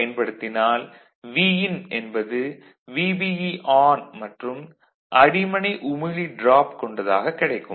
பயன்படுத்தினால் Vin என்பது VBE மற்றும் அடிமனை உமிழி டிராப் கொண்டதாகக் கிடைக்கும்